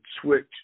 switch